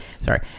sorry